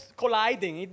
colliding